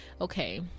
Okay